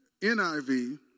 NIV